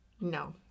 No